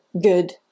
good